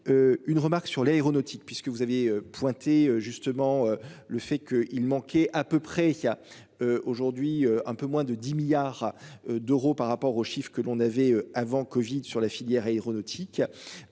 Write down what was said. Une remarque sur l'aéronautique puisque vous aviez pointé justement le fait que il manquait à peu près il y a. Aujourd'hui, un peu moins de 10 milliards d'euros par rapport au chiffre que l'on avait avant Covid sur la filière aéronautique.